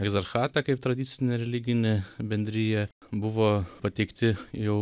egzarchatą kaip tradicinę religinį bendriją buvo pateikti jau